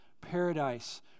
paradise